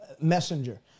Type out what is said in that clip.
messenger